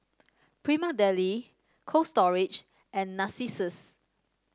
Prima Deli Cold Storage and Narcissus